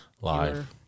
Live